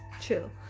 chill